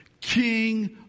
King